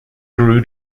grew